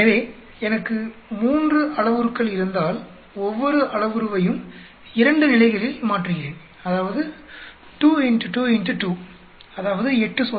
எனவே எனக்கு 3 அளவுருக்கள் இருந்தால் ஒவ்வொரு அளவுருவையும் 2 நிலைகளில் மாற்றுகிறேன் அதாவது 2 X 2 X 2 அதாவது 8 சோதனைகள்